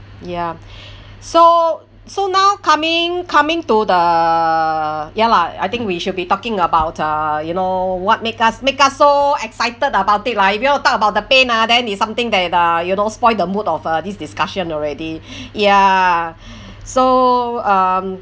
ya so so now coming coming to the ya lah I think we should be talking about uh you know what make us make us so excited about it lah if you talk about the pain ah then it's something that uh you know spoil the mood of uh this discussion already ya so um